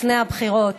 לפני הבחירות.